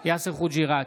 יאסר חוג'יראת,